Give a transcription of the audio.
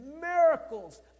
miracles